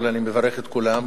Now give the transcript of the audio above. אבל אני מברך את כולם.